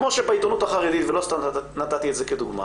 כמו שבעיתונות החרדית ולא סתם נתתי את זה כדוגמה